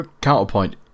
counterpoint